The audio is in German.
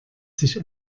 sich